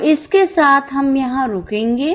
तो इस के साथ हम यहां रुकेंगे